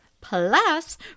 Plus